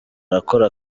arakora